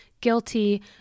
guilty